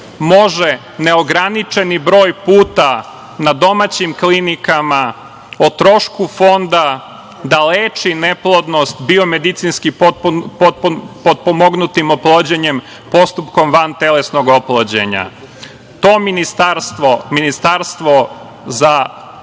može neograničeni broj puta na domaćim klinikama o trošku Fonda da leči neplodnost biomedicinski potpomognutom oplodnjom, postupkom vantelesnog oplođenja. To ministarstvo,